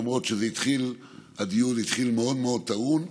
ולמרות שהדיון התחיל מאוד מאוד טעון,